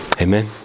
Amen